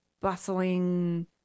bustling